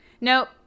Nope